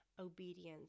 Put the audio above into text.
obedience